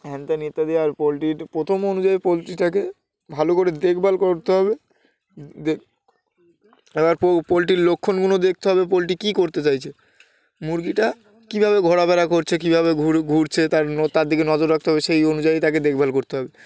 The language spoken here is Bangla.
হ্যান ত্যান ইত্যাদি আর পোলট্রির প্রথম অনুযায়ী পোলট্রিটাকে ভালো করে দেখভাল করতে হবে দে এবার পোলট্রির লক্ষণগুলো দেখতে হবে পোলট্রি কী করতে চাইছে মুরগিটা কীভাবে ঘোরাফেরা করছে কীভাবে ঘুরছে তার তার দিকে নজর রাখতে হবে সেই অনুযায়ী তাকে দেখভাল করতে হবে